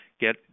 get